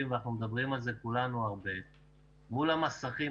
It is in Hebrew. ואנחנו מדברים על זה כולנו הרבה מול המסכים,